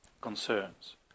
concerns